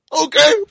Okay